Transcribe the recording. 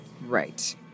Right